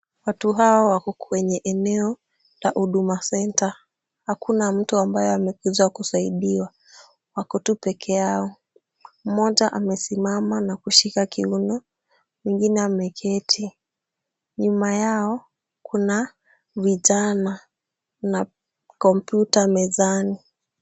Watu hawa wako kwenye eneo la Huduma Centre. Hakuna mtu amekuja kusaidiwa, wako tu peke yao. Mmoja amesimama na kushika kiuno, mwingine ameketi. Nyuma yao kuna vijana na kompyuta mezani.